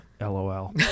LOL